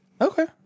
Okay